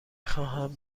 خواهم